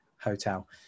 hotel